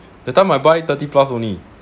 that time I buy thirty plus only